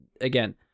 again